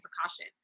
precaution